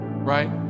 Right